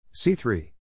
C3